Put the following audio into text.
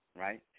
right